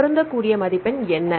எனவே பொருந்தக்கூடிய மதிப்பெண் என்ன